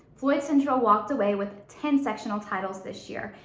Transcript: floyd central walked away with ten sectional titles this year,